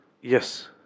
Yes